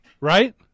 Right